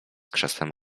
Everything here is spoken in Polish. krzesłem